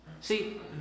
See